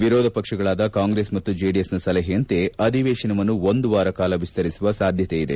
ವಿರೋಧ ಪಕ್ಷಗಳಾದ ಕಾಂಗ್ರೆಸ್ ಮತ್ತು ಜೆಡಿಎಸ್ನ ಸಲಹೆಯಂತೆ ಅಧಿವೇಶನವನ್ನು ಒಂದು ವಾರ ಕಾಲ ವಿಸ್ತರಿಸುವ ಸಾಧ್ಯತೆ ಇದೆ